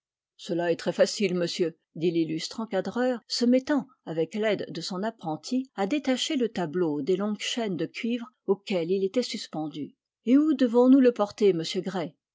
cela est très facile monsieur dit l'illustre encadreur se mettant avec l'aide de son apprenti à détacher le tableau des longues chaînes de cuivre auxquelles il était suspendu et où devons-nous le porter monsieur gray